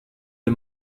the